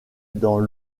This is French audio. dans